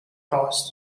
frosts